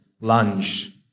lunge